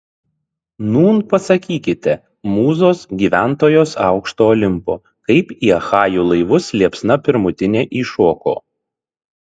nūn pasakykite mūzos gyventojos aukšto olimpo kaip į achajų laivus liepsna pirmutinė įšoko